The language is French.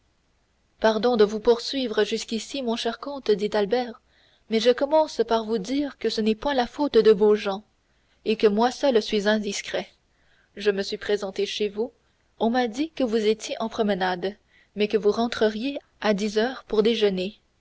pardon de vous poursuivre jusqu'ici mon cher comte dit albert mais je commence par vous dire que ce n'est point la faute de vos gens et que moi seul suis indiscret je me suis présenté chez vous on m'a dit que vous étiez en promenade mais que vous rentreriez à dix heures pour déjeuner